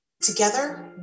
Together